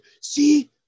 See